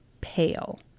pale